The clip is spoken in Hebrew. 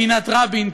פינת רבין,